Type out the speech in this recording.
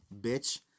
bitch